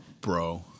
bro